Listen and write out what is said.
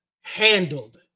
handled